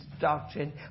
doctrine